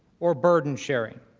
or burden sharing